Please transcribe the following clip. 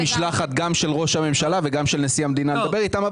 משלחת של ראש הממשלה ושל נשיא המדינה כדי לדבר איתם.